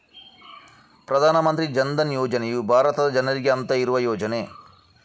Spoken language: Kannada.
ಪ್ರಧಾನ ಮಂತ್ರಿ ಜನ್ ಧನ್ ಯೋಜನೆಯು ಭಾರತದ ಜನರಿಗೆ ಅಂತ ಇರುವ ಯೋಜನೆ